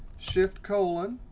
shift-colon,